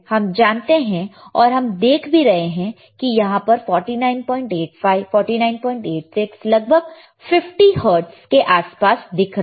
हम जानते हैं और हम देख भी रहे हैं कि यहां पर 4985 4986 लगभग 50 हर्ट्ज़ के आस पास दिख रहा है